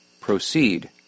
proceed